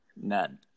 None